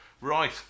right